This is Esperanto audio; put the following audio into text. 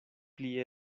pli